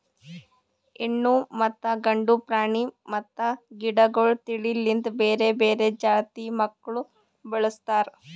ಹೆಣ್ಣು ಮತ್ತ ಗಂಡು ಪ್ರಾಣಿ ಮತ್ತ ಗಿಡಗೊಳ್ ತಿಳಿ ಲಿಂತ್ ಬೇರೆ ಬೇರೆ ಜಾತಿ ಮಕ್ಕುಲ್ ಬೆಳುಸ್ತಾರ್